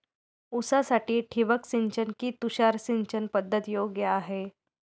ऊसासाठी ठिबक सिंचन कि तुषार सिंचन पद्धत योग्य आहे?